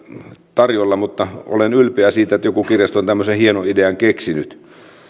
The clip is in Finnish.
tarjolla mutta olen ylpeä siitä että joku kirjasto on tämmöisen hienon idean keksinyt